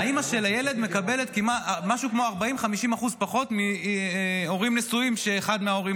האימא של הילד מקבלת משהו כמו 40% 50% פחות מהורים נשואים כשאחד מההורים